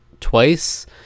twice